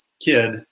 kid